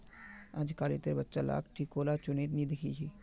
अजकालितेर बच्चा लाक टिकोला चुन त नी दख छि